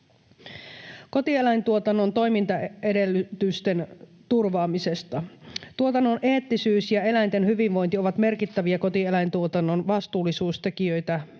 Kotieläintuotannon toimintaedellytysten turvaamisesta: Tuotannon eettisyys ja eläinten hyvinvointi ovat merkittäviä kotieläintuotannon vastuullisuustekijöitä